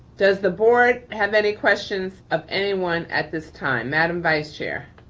does the board have any questions of anyone at this time? madam vice chair.